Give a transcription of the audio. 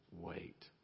wait